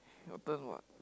your turn [what]